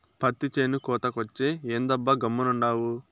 పత్తి చేను కోతకొచ్చే, ఏందబ్బా గమ్మునుండావు